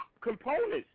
components